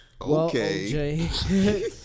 Okay